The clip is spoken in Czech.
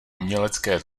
umělecké